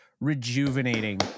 rejuvenating